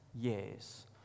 years